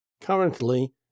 currently